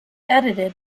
edited